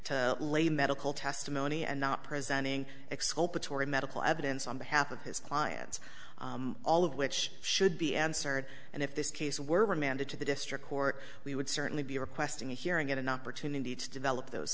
to lay medical testimony and not presenting exculpatory medical evidence on behalf of his clients all of which should be answered and if this case were remanded to the district court we would certainly be requesting a hearing get an opportunity to develop those